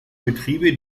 betriebe